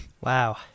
Wow